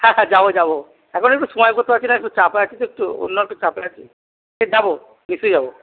হ্যাঁ স্যার যাব যাব এখন একটু সময় করতে পারছি না একটু চাপে আছি তো অন্য একটু চাপে আছি যাব নিশ্চয়ই যাব